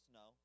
no